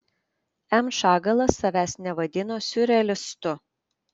m šagalas savęs nevadino siurrealistu